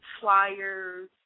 flyers